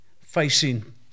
facing